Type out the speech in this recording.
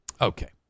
Okay